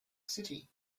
city